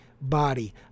body